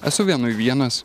esu vienui vienas